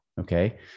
Okay